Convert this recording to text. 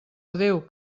adéu